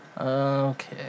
Okay